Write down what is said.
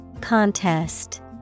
Contest